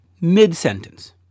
Mid-sentence